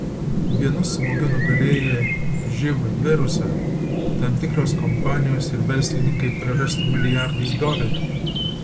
vienu smūgiu nugalėję živ virusą tam tikros kompanijos ir verslininkai prarastų milijardus dolerių